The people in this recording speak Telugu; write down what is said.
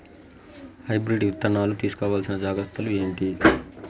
హైబ్రిడ్ విత్తనాలు తీసుకోవాల్సిన జాగ్రత్తలు ఏంటి?